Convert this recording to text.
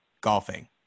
golfing